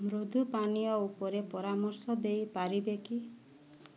ମୃଦୁ ପାନୀୟ ଉପରେ ପରାମର୍ଶ ଦେଇପାରିବେ କି